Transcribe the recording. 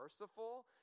merciful